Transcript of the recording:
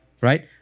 Right